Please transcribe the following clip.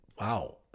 wow